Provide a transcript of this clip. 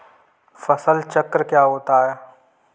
फसल चक्र क्या होता है?